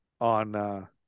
on